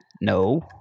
No